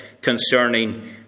concerning